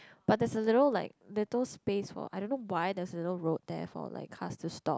but there's little like little space for I don't know why there's a little road there for like cars to stop